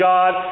God